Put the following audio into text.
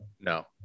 No